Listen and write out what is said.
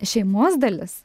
šeimos dalis